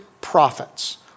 prophets